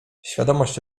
świadomość